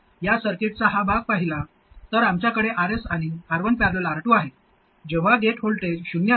जर आपण या सर्किटचा हा भाग पाहिला तर आमच्याकडे Rs आणि R1 ।। R2 आहे जेव्हा गेट व्होल्टेज शून्य असेल